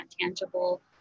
tangible